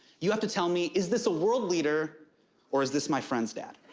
you have to tell me, is this a world leader or is this my friend's dad?